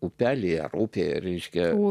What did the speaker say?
upelyje upė reiškia